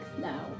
now